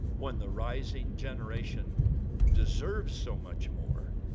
when the rising generation deserves so much more,